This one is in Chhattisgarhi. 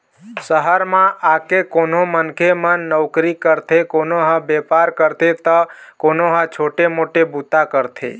सहर म आके कोनो मनखे मन नउकरी करथे, कोनो ह बेपार करथे त कोनो ह छोटे मोटे बूता करथे